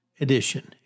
edition